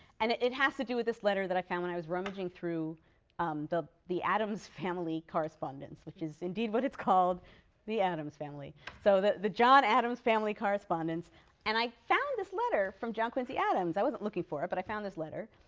and it it has to do with this letter that i found when i was rummaging through um the the adams family correspondence, which is indeed what it's called the adams family. so the the john adams family correspondence and i found this letter from john quincy adams. i wasn't looking for it, but i found this letter.